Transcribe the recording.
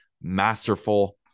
masterful